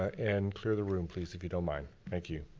and clear the room, please, if you don't mind. thank you.